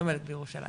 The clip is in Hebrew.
לומדת בירושלים.